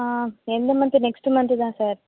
ஆ எந்த month next month தான் sir